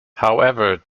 however